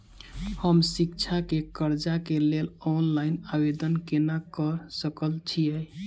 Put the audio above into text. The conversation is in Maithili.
हम शिक्षा केँ कर्जा केँ लेल ऑनलाइन आवेदन केना करऽ सकल छीयै?